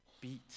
beat